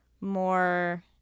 more